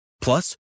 Plus